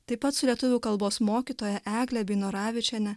taip pat su lietuvių kalbos mokytoja egle beinoravičiene